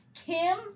Kim